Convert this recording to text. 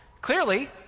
clearly